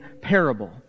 parable